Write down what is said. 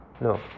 No